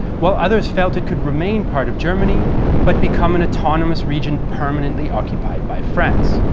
while others felt it could remain part of germany but become an autonomous region permanently occupied by france.